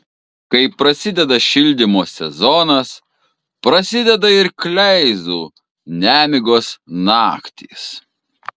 kai prasideda šildymo sezonas prasideda ir kleizų nemigos naktys